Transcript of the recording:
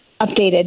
updated